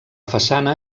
façana